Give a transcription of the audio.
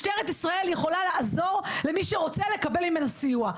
משטרת ישראל יכולה לעזור למי שרוצה לקבל ממנה סיוע.